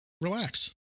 relax